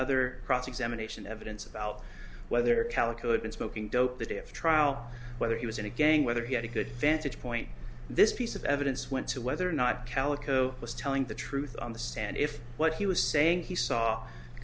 other cross examination evidence about whether calico had been smoking dope the day of trial whether he was in a gang whether he had a good vantage point this piece of evidence went to whether or not calico was telling the truth on the stand if what he was saying he saw